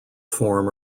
form